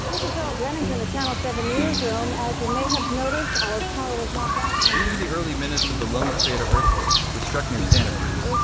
this is cheryl jennings in the channel seven news room. as you may have noticed, our power was knocked out, and, these were the early minutes of the loma prieta earthquake, which struck near santa cruz